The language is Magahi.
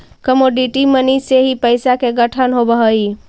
कमोडिटी मनी से ही पैसा के गठन होवऽ हई